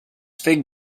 fig